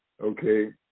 okay